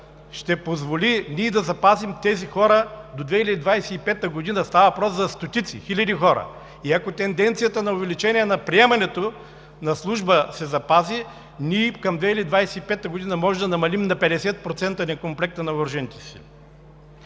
ще позволи ние да запазим тези хора до 2025 г. Става въпрос за стотици, хиляди хора. И ако тенденцията на увеличение на приемането на служба се запази, ние към 2025 г. можем да намалим на 50% некомплекта на въоръжените сили.